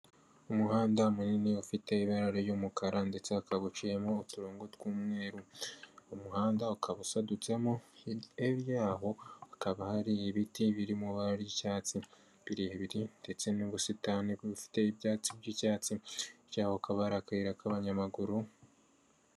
Umuhanda munini ufite ibara ry'umukara ndetse ukaba uciyemo uturongo tw'umweru. Umuhanda ukaba usadutsemo. Hirya yaho hakaba hari ibiti birimo ibara ry'icyatsi birebire. Ndetse n'ubusitani bufite ibyatsi by'icyatsi hirya hakaba hari akayira k'abanyamaguru.